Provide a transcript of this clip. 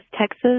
Texas